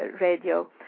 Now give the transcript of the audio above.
radio